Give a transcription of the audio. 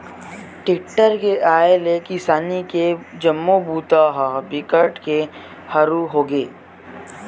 tractor के आए ले किसानी के जम्मो बूता ह बिकट के हरू होगे